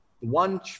One